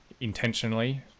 intentionally